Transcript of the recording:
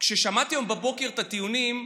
כששמעתי היום בבוקר את הטיעונים,